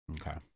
okay